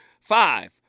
five